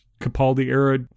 Capaldi-era